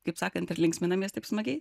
kaip sakant ir linksminamės taip smagiai